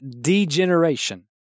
degeneration